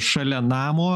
šalia namo